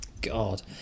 god